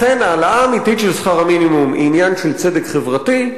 לכן העלאה אמיתית של שכר המינימום היא עניין של צדק חברתי,